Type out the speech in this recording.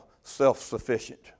self-sufficient